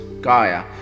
Gaia